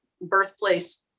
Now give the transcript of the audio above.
birthplace